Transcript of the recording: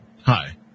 hi